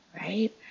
right